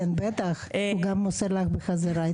בטח, הוא גם מוסר לך בחזרה.